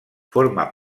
forma